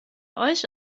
euch